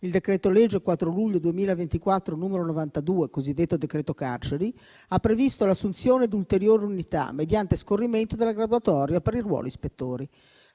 il decreto-legge 4 luglio 2024, n. 92, cosiddetto decreto carceri, ha previsto l'assunzione di ulteriori unità mediante scorrimento della graduatoria per il ruolo ispettori.